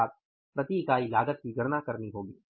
अर्थात प्रति इकाई लागत की गणना करनी होगी